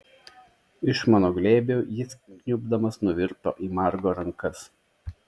iš mano glėbio jis kniubdamas nuvirto į margo rankas